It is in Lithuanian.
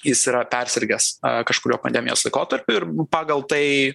jis yra persirgęs kažkuriuo pandemijos laikotarpiu ir pagal tai